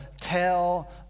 tell